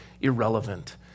irrelevant